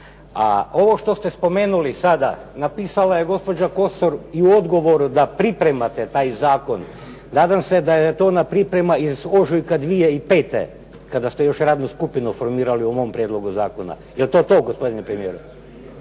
A ovo što ste spomenuli sada, napisala je gospođa Kosor i u odgovoru da pripremate taj zakon, nadam se da je to ona priprema iz ožujka 2005. kada ste još radnu skupinu formirali o mom prijedlogu zakona. Je li to to gospodine premijeru?